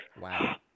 wow